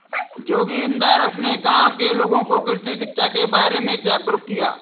जोगिंदर अपने गांव के लोगों को कृषि शिक्षा के बारे में जागरुक किया